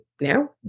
now